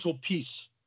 peace